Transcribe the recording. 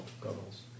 goggles